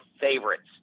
favorites